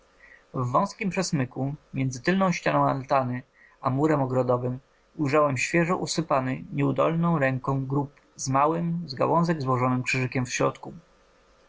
wązkim przesmyku między tylną ścianą altany a murem ogrodowym ujrzałem świeżo usypany nieudolną dłonią grób z małym z gałązek złożonym krzyżykiem w środku